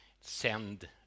send